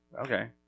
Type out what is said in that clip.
Okay